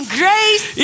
grace